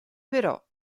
però